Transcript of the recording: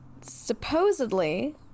supposedly